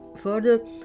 further